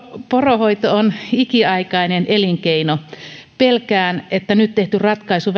poronhoito on ikiaikainen elinkeino pelkään että nyt tehty ratkaisu